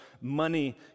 money